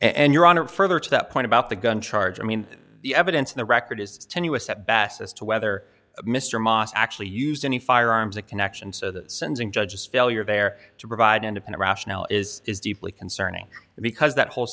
and your honor further to that point about the gun charge i mean the evidence in the record is tenuous at best as to whether mr moss actually used any firearms that connection so the sentencing judge is failure there to provide end up in a rational is is deeply concerning because that whole